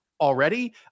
already